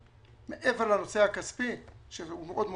מעבר לנושא הכספי שהוא חשוב מאוד למקורות,